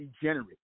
degenerate